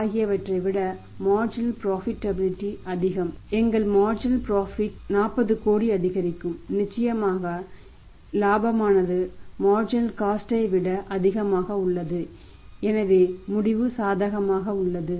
ஆகவே ரிஸீவபல்ஸ் ஐ விட அதிகமாக உள்ளது எனவே முடிவு சாதகமாக உள்ளது